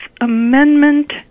Amendment